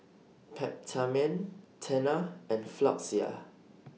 Peptamen Tena and Floxia